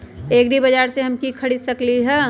एग्रीबाजार से हम की की खरीद सकलियै ह?